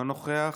אינו נוכח.